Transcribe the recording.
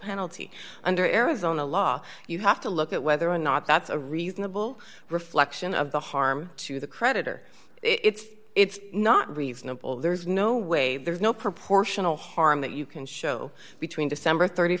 penalty under arizona law you have to look at whether or not that's a reasonable reflection of the harm to the creditor it's it's not reasonable there's no way there's no proportional harm that you can show between december